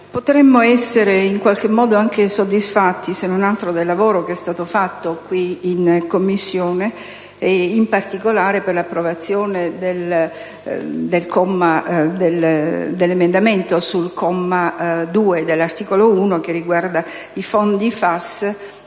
potremmo essere in qualche modo anche soddisfatti, se non altro del lavoro che è stato svolto in Commissione, in particolare per l'approvazione dell'emendamento riferito al comma 2 dell'articolo 1, che riguarda i fondi FAS,